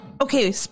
okay